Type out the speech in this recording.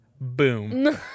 Boom